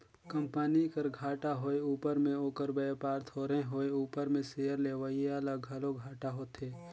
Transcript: company कर घाटा होए उपर में ओकर बयपार थोरहें होए उपर में सेयर लेवईया ल घलो घाटा होथे